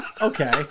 okay